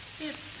Yes